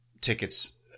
tickets